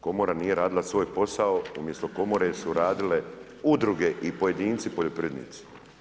Komora nije radila svoj posao, umjesto komore su radile udruge i pojedinci poljoprivrednici.